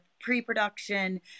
pre-production